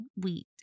wheat